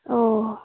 औ